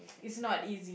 it's not ease